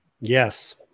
yes